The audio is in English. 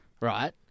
Right